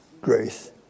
grace